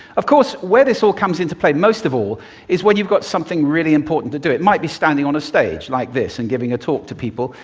of course, where this all comes into play most of all is when you've got something really important to do. it might be standing on a stage like this and giving a talk to people.